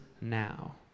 now